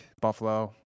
Buffalo